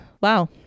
Wow